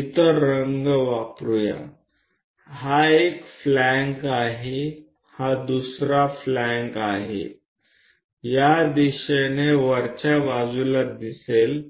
इतर रंग वापरूया हा एक फ्लॅंक आहे हा दुसरा फ्लॅंक आहे या दिशेने वरच्या बाजूला दिसेल